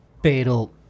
Pero